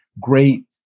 great